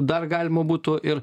dar galima būtų ir